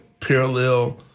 parallel